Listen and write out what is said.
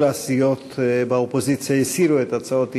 כל הסיעות באופוזיציה הסירו את הצעות האי-אמון.